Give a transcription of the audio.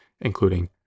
including